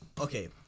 okay